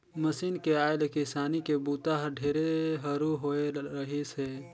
machine के आए ले किसानी के बूता हर ढेरे हरू होवे रहीस हे